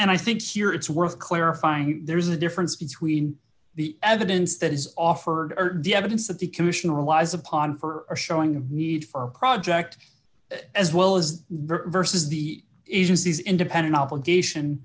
and i think here it's worth clarifying there is a difference between the evidence that is offered or the evidence that the commission relies upon for showing a need for a project as well as versus the issues these independent obligation